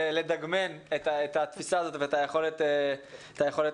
"לדגמן" את התפיסה הזאת ואת היכולת לשלב.